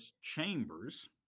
Chambers